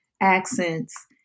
accents